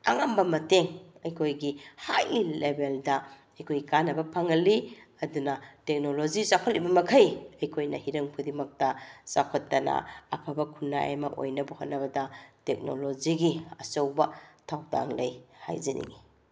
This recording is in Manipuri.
ꯑꯉꯝꯕ ꯃꯇꯦꯡ ꯑꯩꯈꯣꯏꯒꯤ ꯍꯥꯏꯂꯤ ꯂꯦꯕꯦꯜꯗ ꯑꯩꯈꯣꯏ ꯀꯥꯟꯅꯕ ꯐꯪꯍꯜꯂꯤ ꯑꯗꯨꯅ ꯇꯦꯛꯅꯣꯂꯣꯖꯤ ꯆꯥꯎꯈꯠꯂꯤꯕꯃꯈꯩ ꯑꯩꯈꯣꯏꯅ ꯍꯤꯔꯝ ꯈꯨꯗꯤꯡꯃꯛꯇ ꯆꯥꯎꯈꯠꯇꯅ ꯑꯐꯕ ꯈꯨꯟꯅꯥꯏ ꯑꯃ ꯑꯣꯏꯅꯕ ꯍꯣꯠꯅꯕꯗ ꯇꯦꯛꯅꯣꯂꯣꯖꯤꯒꯤ ꯑꯆꯧꯕ ꯊꯧꯗꯥꯡ ꯂꯩ ꯍꯥꯏꯖꯅꯤꯡꯏ